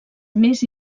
més